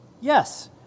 Yes